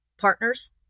partners